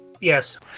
Yes